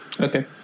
Okay